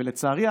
לצערי,